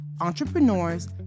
entrepreneurs